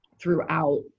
throughout